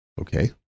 Okay